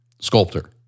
sculptor